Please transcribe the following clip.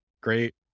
great